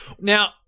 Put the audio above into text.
Now